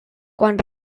quan